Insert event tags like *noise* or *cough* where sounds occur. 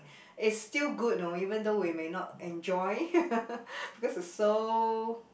it's still good you know even though we may not enjoy *laughs* because it's so